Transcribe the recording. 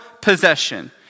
possession